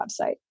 website